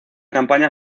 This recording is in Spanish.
campaña